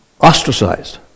ostracized